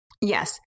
Yes